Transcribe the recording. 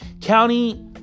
county